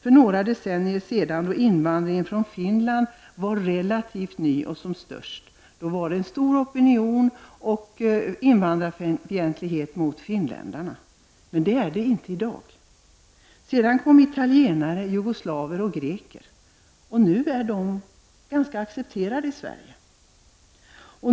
För några decennier sedan, då invandringen från Finland var relativt ny och som störst, var det en stor opinion och invandrarfientlighet mot finländare. Men det är det inte i dag. Sedan kom italienare, jugoslaver och greker, och nu är de accepterade i Sverige.